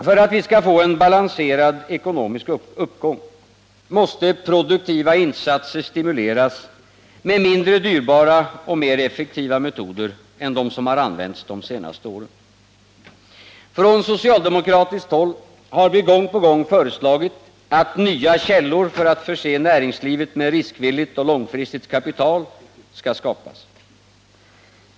För att vi skall få en balanserad ekonomisk uppgång måste produktiva insatser stimuleras med mindre dyrbara och mer effektiva metceder än dem som har använts de senaste åren. Från socialdemokratiskt håll har vi gång på gång föreslagit att nya källor för att förse näringslivet med riskvilligt och långfristigt kapital skall skapas.